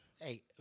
Hey